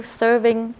serving